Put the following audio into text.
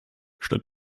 statt